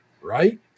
Right